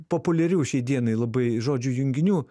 populiarių šiai dienai labai žodžių junginių